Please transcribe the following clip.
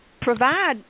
provide